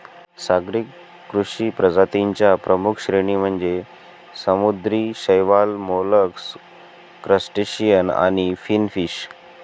सागरी कृषी प्रजातीं च्या प्रमुख श्रेणी म्हणजे समुद्री शैवाल, मोलस्क, क्रस्टेशियन आणि फिनफिश